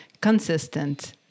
consistent